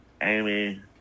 Amy